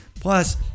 Plus